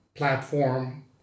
platform